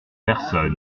personne